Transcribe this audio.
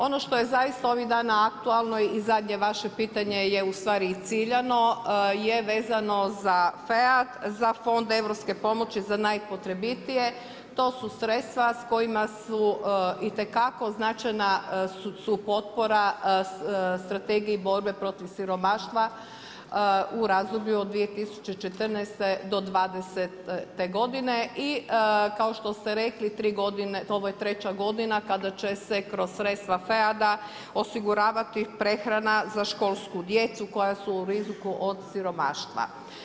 Ovo što je zaista ovih dana aktualno i zadnje vaše pitanje je ustvari i ciljano je vezano za FEAD za Fond europske pomoći za najpotrebitije, to su sredstva s kojima su itekako označena supotpora Strategiji borbe protiv siromaštva u razdoblju od 2014.-2020. godine i kao što ste reli ovo je treća godina kada će se kroz sredstva FEAD-a osiguravati prehrana za školsku djecu koja su u riziku od siromaštva.